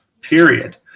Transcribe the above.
Period